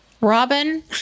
robin